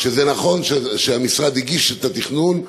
שזה נכון שהמשרד הגיש את התכנון,